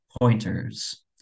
pointers